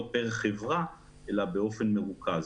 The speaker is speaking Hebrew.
לא פר חברה אלא באופן מרוכז.